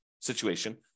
situation